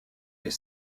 est